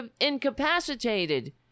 incapacitated